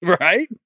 right